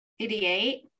88